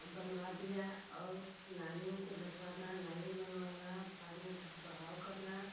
बनवा दिया और नालियों को ढकवाना नाली बनवाना पानी का बहाव करना